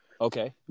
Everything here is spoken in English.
Okay